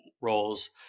roles